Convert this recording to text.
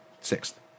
sixth